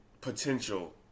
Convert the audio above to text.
potential